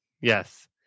Yes